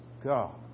God